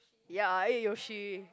ya I ate Yoshi